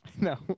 No